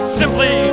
simply